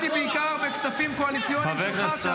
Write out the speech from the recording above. רק שבתקציבי החברה הערבית פגעת.